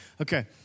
Okay